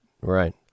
Right